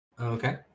Okay